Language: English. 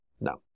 No